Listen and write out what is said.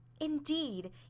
indeed